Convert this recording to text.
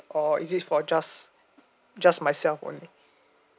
or is it for just just myself only